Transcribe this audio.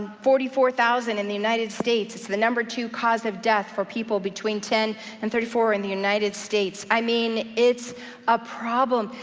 forty four thousand in the united states. it's the number two cause of death for people between ten and thirty four in the united states. i mean, it's a problem,